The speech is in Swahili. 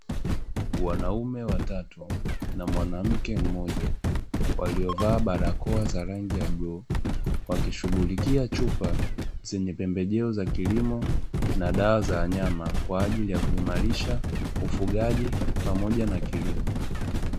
Wanaume watatu na mwanamke mmoja waliovaa barakoa za rangi ya bluu wakishughulikia chupa zenye pembejeo za kilimo na dawa za wanyama kwa ajili ya kuimarisha ufugaji pamoja na kilimo.